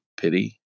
pity